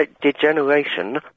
degeneration